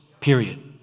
Period